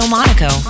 Monaco